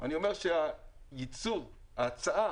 אני אומר שהייצוא, ההצעה